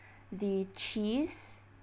the cheese